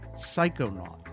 psychonaut